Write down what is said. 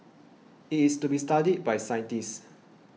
it is to be studied by scientists